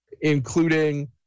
including